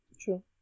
True